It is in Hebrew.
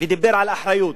ודיבר על אחריות,